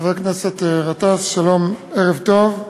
חבר הכנסת גטאס, שלום, ערב טוב.